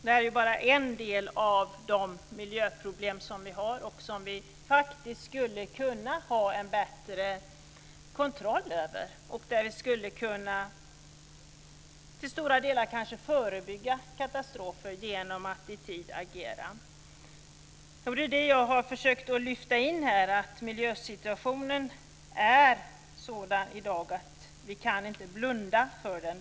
Det här är bara en del av de miljöproblem vi har, som vi faktiskt skulle kunna ha bättre kontroll över. Vi skulle kanske till stora delar kunna förebygga katastrofer genom att agera i tid. Det är det jag har försökt att lyfta in här. Miljösituationen är i dag sådan att vi inte kan blunda för den.